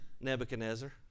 Nebuchadnezzar